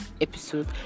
episode